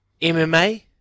MMA